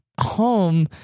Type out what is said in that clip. home